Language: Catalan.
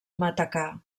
matacà